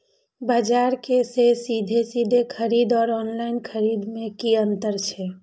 बजार से सीधे सीधे खरीद आर ऑनलाइन खरीद में की अंतर छै?